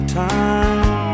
time